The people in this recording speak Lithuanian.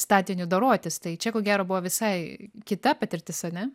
statiniu dorotis tai čia ko gero buvo visai kita patirtis ane